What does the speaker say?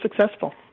successful